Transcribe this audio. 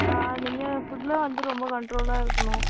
ஆ நீங்கள் ஃபுட்டில் வந்து ரொம்ப கன்ட்ரோலாக இருக்கணும்